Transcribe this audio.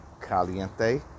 caliente